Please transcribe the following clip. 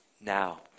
now